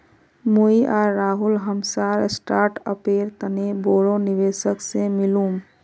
मुई आर राहुल हमसार स्टार्टअपेर तने बोरो निवेशक से मिलुम